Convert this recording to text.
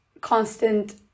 constant